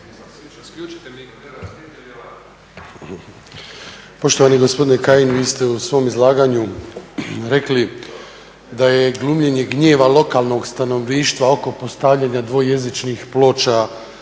Poštovani gospodine Kajin vi ste u svom izlaganju rekli da je glumljenje gnjeva lokalnog stanovništva oko postavljanja dvojezičnih ploča